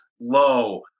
low